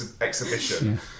exhibition